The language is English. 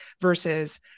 versus